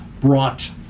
brought